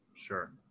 Sure